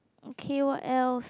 okay what else